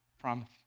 promise